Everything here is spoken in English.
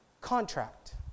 contract